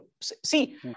see